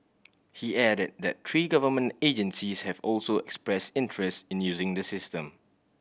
he added that three government agencies have also expressed interest in using the system